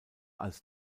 als